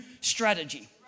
strategy